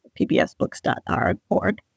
pbsbooks.org